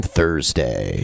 Thursday